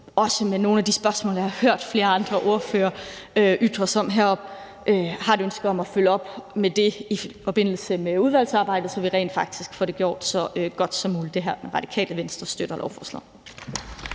tråd med nogle af de spørgsmål, som jeg har hørt flere andre ordførere ytre heroppefra. Vi har et ønske om at følge op på det i forbindelse med udvalgsarbejdet, så vi rent faktisk får det gjort så godt som muligt. Radikale Venstre støtter lovforslaget.